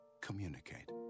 Communicate